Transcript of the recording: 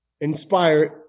inspired